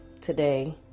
today